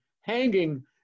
hanging